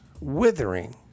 withering